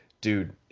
dude